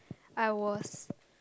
I was